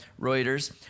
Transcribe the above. Reuters